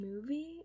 movie